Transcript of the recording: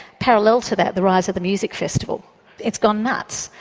parallel to that, the rise of the music festival it's gone nuts.